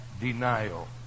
denial